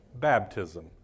baptism